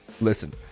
Listen